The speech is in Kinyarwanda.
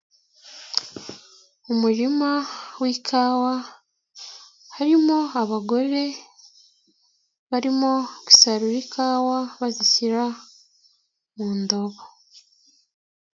Umu murima w'ikawa, harimo abagore barimo gusarura ikawa, bazishyira mu ndobo.